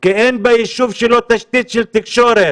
כי אין ביישוב שלו תשתית של תקשורת,